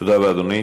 תודה רבה, אדוני.